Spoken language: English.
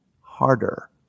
harder